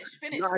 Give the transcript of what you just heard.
finish